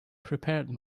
prepared